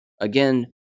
Again